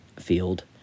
field